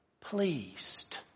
pleased